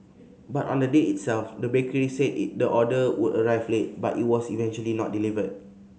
but on the day itself the bakery said it the order would arrive late but it was eventually not delivered